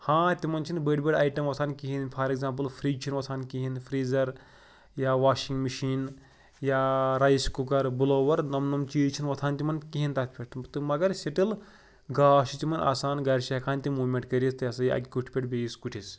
ہاں تِمَن چھِنہٕ بٔڑۍ بٔڑۍ آیٹَم آسان کِہیٖنۍ فار ایٚگزامپٕل فِرٛج چھِنہٕ وۄتھان کِہیٖنۍ فرٛیٖزَر یا واشِنٛگ مِشیٖن یا رایِس کُکَر بُلووَر یِم یِم چیٖز چھِنہٕ وۄتھان تِمَن کِہیٖنۍ تَتھ پٮ۪ٹھ تہٕ مگر سِٹِل گاش چھِ تِمَن آسان گَرِ چھِ ہٮ۪کان تِم موٗمٮ۪نٛٹ کٔرِتھ یہِ ہَسا یہِ اَکہِ کُٹھہِ پٮ۪ٹھ بیٚیِس کُٹھِس